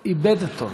את תורו.